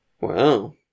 Wow